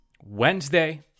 Wednesday